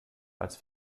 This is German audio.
als